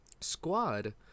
Squad